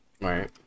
Right